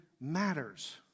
matters